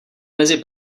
mezi